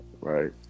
Right